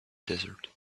desert